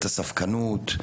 את הספקנות,